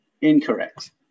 Incorrect